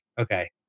Okay